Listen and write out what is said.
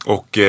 Och